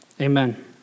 amen